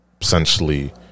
essentially